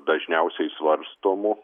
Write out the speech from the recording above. dažniausiai svarstomų